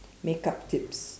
makeup tips